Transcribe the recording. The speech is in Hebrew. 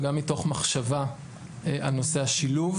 וגם מתוך מחשבה על נושא השילוב,